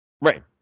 right